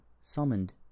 summoned